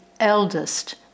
Eldest